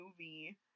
movie